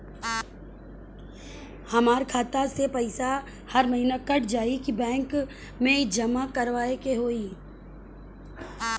हमार खाता से पैसा हर महीना कट जायी की बैंक मे जमा करवाए के होई?